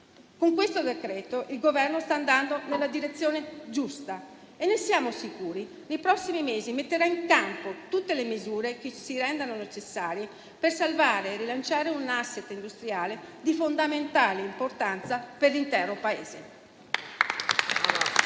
Con questo decreto-legge il Governo sta andando nella direzione giusta e siamo sicuri che nei prossimi mesi metterà in campo tutte le misure che si rendano necessarie per salvare e rilanciare un *asset* industriale di fondamentale importanza per l'intero Paese.